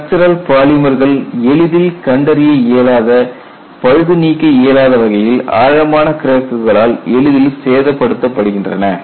structural பாலிமர்கள் எளிதில் கண்டறிய இயலாத பழுது நீக்க இயலாத வகையில் ஆழமான கிராக்குகளால் எளிதில் சேதப் படுத்தப் படுகின்றன